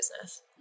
business